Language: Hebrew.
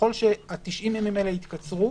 ככל ש-90 הימים האלה יתקצרו,